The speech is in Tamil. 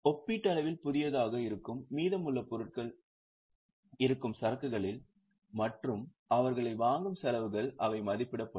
ஒப்பீட்டளவில் புதியதாக இருக்கும் மீதமுள்ள பொருட்கள் இருக்கும் சரக்குகளில் மற்றும் அவர்கள் வாங்கும் செலவில் அவை மதிப்பிடப்படும்